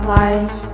life